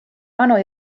anu